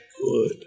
good